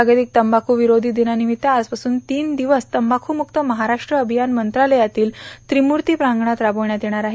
जागतिक तंबाख् विरोधी दिनानिमित्त आजपासून तीन दिवस तंबाखूमुक्त महाराष्ट्र अभियान मंत्रालयातील त्रिमूर्ती प्रांगणात राबविण्यात येणार आहे